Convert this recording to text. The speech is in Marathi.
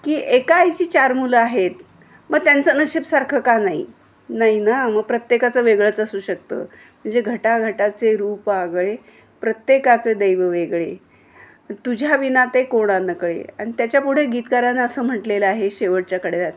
की एका आईची चार मुलं आहेत मग त्यांचं नशीब सारखं का नाही नाही ना मग प्रत्येकाचं वेगळंच असू शकतं म्हणजे घटा घटाचे रूप आगळे प्रत्येकाचे दैव वेगळे तुझ्याविना ते कोणा नकळे आणि त्याच्या पुढे गीतकारानं असं म्हटलेलं आहे शेवटच्या कडव्यात